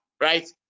right